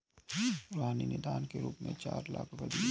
रूहानी ने दान के रूप में चार लाख रुपए दिए